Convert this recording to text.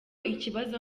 ikibazo